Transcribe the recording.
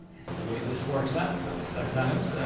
that's the way this works out so sometimes.